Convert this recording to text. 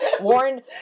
Warren